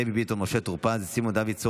דבי ביטון, משה טור פז, סימון דוידסון,